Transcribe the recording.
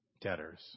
debtors